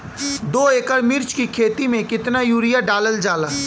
दो एकड़ मिर्च की खेती में कितना यूरिया डालल जाला?